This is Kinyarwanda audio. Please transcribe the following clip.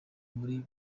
muri